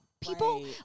People